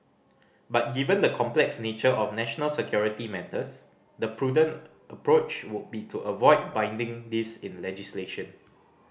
but given the complex nature of national security matters the prudent approach would be to avoid binding this in legislation